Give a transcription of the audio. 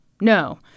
no